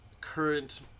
current